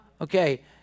okay